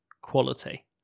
quality